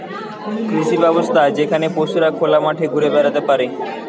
কৃষি ব্যবস্থা যেখানে পশুরা খোলা মাঠে ঘুরে বেড়াতে পারে